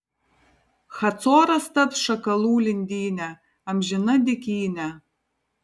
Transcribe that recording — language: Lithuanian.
hacoras taps šakalų lindyne amžina dykyne